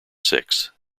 six